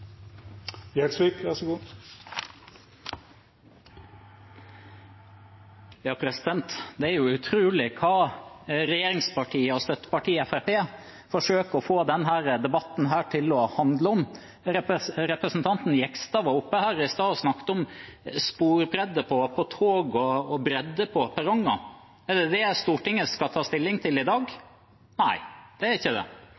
støttepartiet Fremskrittspartiet forsøker å få denne debatten til å handle om. Representanten Jegstad var oppe her i stad og snakket om sporbredde for togene og bredde på perrongene. Er det det Stortinget skal ta stilling til i dag? Nei, det